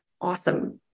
awesome